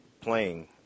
playing